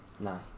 No